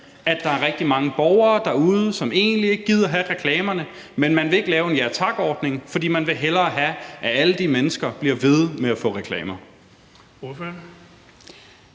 at der er rigtig mange borgere derude, som egentlig ikke gider have reklamerne, men man vil ikke lave Ja Tak-ordning, for man hellere vil have, at alle de mennesker bliver ved med at få reklamer?